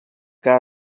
que